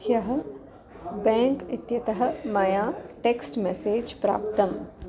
ह्यः बेङ्क् इत्यतः मया टेक्स्ट् मेसेज् प्राप्तम्